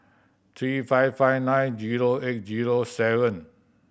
three five five nine zero eight zero seven